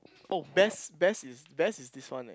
oh best best is best is this one leh